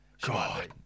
God